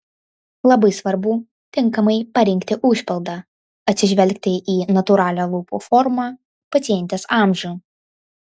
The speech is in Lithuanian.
labai svarbu tinkamai parinkti užpildą atsižvelgti į natūralią lūpų formą pacientės amžių